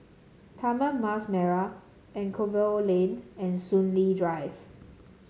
Taman Mas Merah Anchorvale Lane and Soon Lee Drive